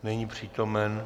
Není přítomen.